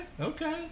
Okay